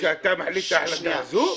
כשאתה מחליט את ההחלטה הזו?